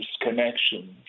connections